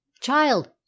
Child